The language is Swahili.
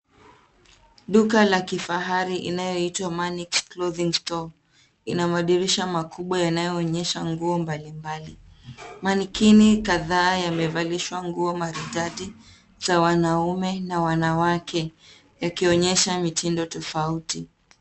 Duka la kifahari inayoitwa Manix Clothing Store ina madirisha makubwa yanaonyesha nguo mbalimbali. Manikini kadhaa yamevalishwa nguo maridadi za wanaume na wanawake yakionyesha michindo tofauti.